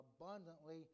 abundantly